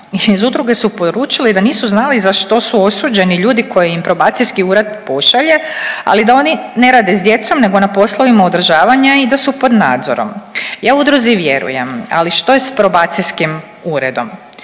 Iz udruge su poručili da nisu znali za što su osuđeni ljudi koje im probacijski ured pošalje, ali da oni ne rade s djecom nego na poslovima održavanja i da su pod nadzorom. Ja udruzi vjerujem, ali što je s probacijskim uredom.